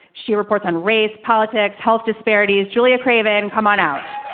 she reports on race, politics, health disparities, julia craven. come on out